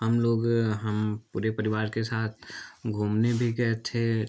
हम लोग हम पूरे परिवार के साथ घूमने भी गए थे